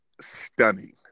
stunning